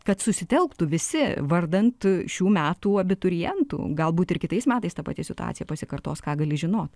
kad susitelktų visi vardan tų šių metų abiturientų galbūt ir kitais metais ta pati situacija pasikartos ką gali žinot